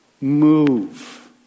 move